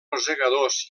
rosegadors